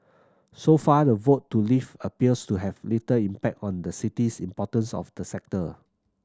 so far the vote to leave appears to have little impact on the city's importance of the sector